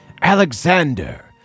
Alexander